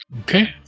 Okay